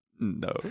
No